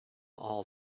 all